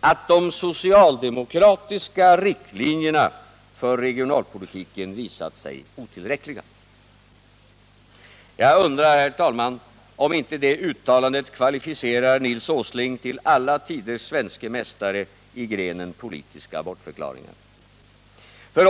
att de socialdemokratiska riktlinjerna för regionalpolitiken visat sig otillräckliga. Jag undrar, herr talman, om inte det uttalandet kvalificerar Nils Åsling till alla tiders svenske mästare i grenen politiska bortförklaringar.